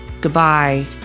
goodbye